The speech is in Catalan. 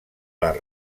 les